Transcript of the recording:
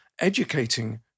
educating